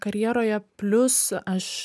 karjeroje plius aš